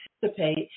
participate